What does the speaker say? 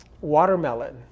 watermelon